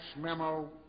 memo